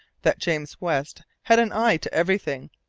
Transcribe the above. that james west had an eye to everything,